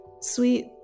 Sweet